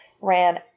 ran